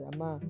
Ama